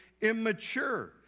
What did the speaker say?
immature